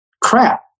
crap